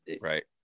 right